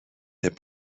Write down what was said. der